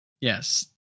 yes